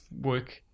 work